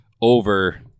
over